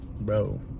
bro